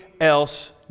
else